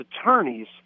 Attorneys